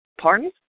Pardon